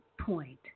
point